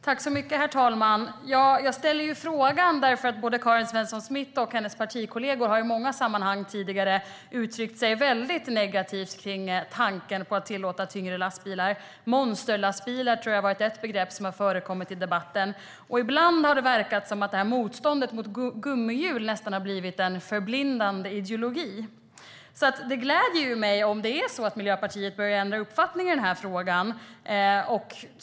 Herr talman! Jag ställde frågan därför att både Karin Svensson Smith och hennes partikollegor tidigare i många sammanhang har uttryckt sig väldigt negativt om tanken på att tillåta tyngre lastbilar. "Monsterlastbilar" är ett begrepp som har förekommit i debatten. Ibland har det verkat som om motståndet mot gummihjul har blivit en förblindande ideologi. Det gläder mig om Miljöpartiet börjar ändra uppfattning i den här frågan.